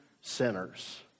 sinners